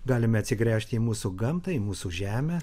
galime atsigręžti į mūsų gamtą į mūsų žemę